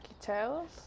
tails